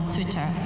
Twitter